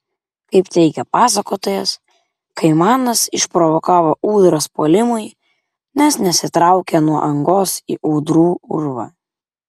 kaip teigia pasakotojas kaimanas išprovokavo ūdras puolimui nes nesitraukė nuo angos į ūdrų urvą